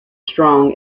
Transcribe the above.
strong